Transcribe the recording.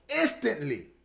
instantly